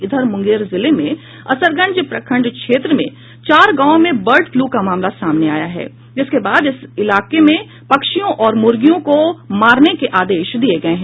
इधर मुंगेर जिले में असरगंज प्रखंड क्षेत्र में चार गांवों में बर्ड फ्लू का मामला सामने आया है जिसके बाद इस इलाके में पक्षियों और मुर्गियों को मारने के आदेश दिये गये हैं